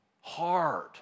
hard